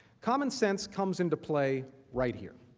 common sense comes into play right here.